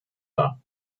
dar